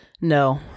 No